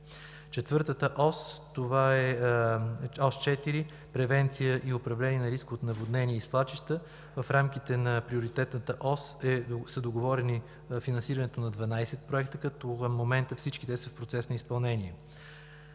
Ос 4 „Превенция и управление от риска на наводнение и свлачища“. В рамките на Приоритетната ос е договорено финансирането на 12 проекта, като в момента всички те са в процес на изпълнение.